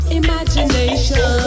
imagination